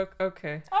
Okay